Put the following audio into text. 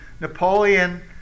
Napoleon